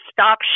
stop